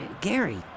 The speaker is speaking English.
gary